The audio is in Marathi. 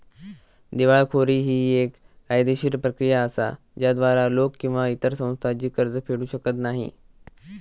दिवाळखोरी ही येक कायदेशीर प्रक्रिया असा ज्याद्वारा लोक किंवा इतर संस्था जी कर्ज फेडू शकत नाही